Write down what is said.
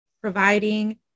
providing